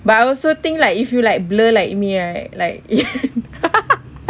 but I also think like if you like blur like me right like